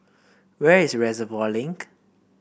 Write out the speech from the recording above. where is Reservoir Link